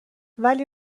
ولی